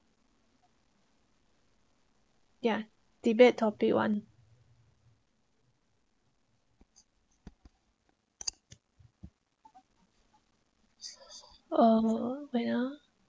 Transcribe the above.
ya debate topic one uh wait ah